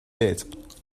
bit